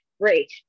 Great